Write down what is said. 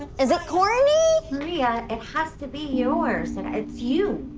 is it corny? maria, it has to be yours, and ah it's you.